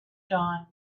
dawn